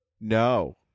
No